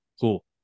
cool